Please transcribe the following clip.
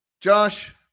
Josh